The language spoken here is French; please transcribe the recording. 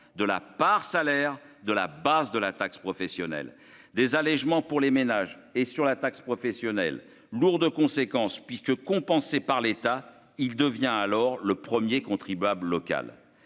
de la part salaires de la base de la taxe professionnelle des allégements pour les ménages et sur la taxe professionnelle, lourd de conséquences puisque compensé par l'État, il devient alors le 1er contribuable local